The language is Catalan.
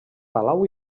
palau